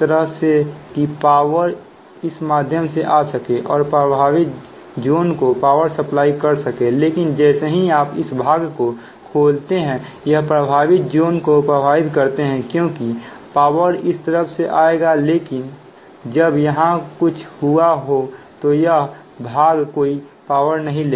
तरह से की पावर इस माध्यम से आ सके और प्रभावित जून को पावर सप्लाई कर सके लेकिन जैसे ही आप इस भाग को खोलते हैं यह प्रभावित जोन को प्रभावित करते हैं क्योंकि पावर इस तरफ से आएगा लेकिन जब यहां कुछ हुआ हो तो यह भाग कोई पावर नहीं लेगा